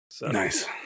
nice